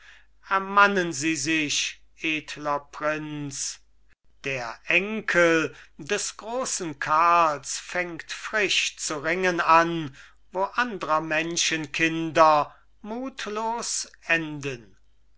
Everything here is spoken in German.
ermannen sie sich edler prinz der enkel des großen karls fängt frisch zu ringen an wo andrer menschen kinder mutlos enden